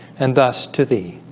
and thus to thee